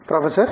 professor V